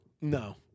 No